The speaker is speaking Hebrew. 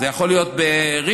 זה יכול להיות בראשון-לציון,